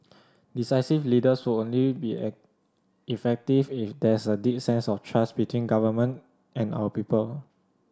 decisive leaders would only be effective if there's a deep sense of trust between government and our people